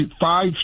five